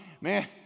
man